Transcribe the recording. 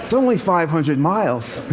so only five hundred miles.